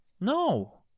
No